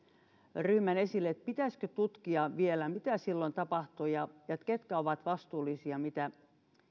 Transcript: ja sen pitäisikö tutkia vielä mitä silloin tapahtui ja ja ketkä ovat vastuullisia siitä mitä